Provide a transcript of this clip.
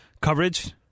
coverage